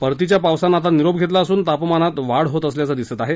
परतीच्या पावसानं आता निरोप घेतला असुन तापमानात वाढ होत असल्याचं दिसत आहे